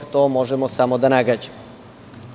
To možemo samo da nagađamo.